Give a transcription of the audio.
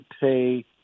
pay